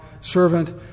servant